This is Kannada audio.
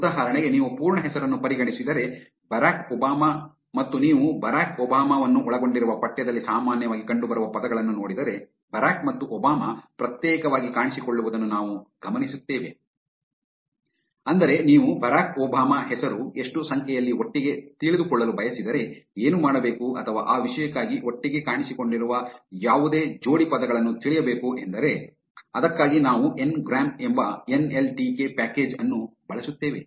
ಉದಾಹರಣೆಗೆ ನೀವು ಪೂರ್ಣ ಹೆಸರನ್ನು ಪರಿಗಣಿಸಿದರೆ ಬರಾಕ್ ಒಬಾಮಾ ಮತ್ತು ನೀವು ಬರಾಕ್ ಒಬಾಮಾ ವನ್ನು ಒಳಗೊಂಡಿರುವ ಪಠ್ಯದಲ್ಲಿ ಸಾಮಾನ್ಯವಾಗಿ ಕಂಡುಬರುವ ಪದಗಳನ್ನು ನೋಡಿದರೆ ಬರಾಕ್ ಮತ್ತು ಒಬಾಮಾ ಪ್ರತ್ಯೇಕವಾಗಿ ಕಾಣಿಸಿಕೊಳ್ಳುವುದನ್ನು ನಾವು ಗಮನಿಸುತ್ತೇವೆ ಆದರೆ ನೀವು ಬರಾಕ್ ಒಬಾಮಾ ಹೆಸರು ಎಷ್ಟು ಸಂಖ್ಯೆಯಲ್ಲಿ ಒಟ್ಟಿಗೆ ತಿಳಿದುಕೊಳ್ಳಲು ಬಯಸಿದರೆ ಏನು ಮಾಡಬೇಕು ಅಥವಾ ಆ ವಿಷಯಕ್ಕಾಗಿ ಒಟ್ಟಿಗೆ ಕಾಣಿಸಿಕೊಂಡಿರುವ ಯಾವುದೇ ಜೋಡಿ ಪದಗಳನ್ನು ತಿಳಿಯಬೇಕು ಎಂದರೆ ಅದಕ್ಕಾಗಿ ನಾವು ಎನ್ ಗ್ರಾಂ ಎಂಬ N L T K package ಅನ್ನು ಬಳಸುತ್ತೇವೆ